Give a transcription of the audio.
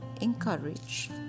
encourage